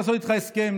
לעשות איתך הסכם,